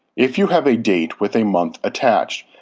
if you have a date with a month attached,